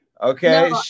Okay